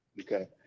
okay